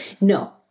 No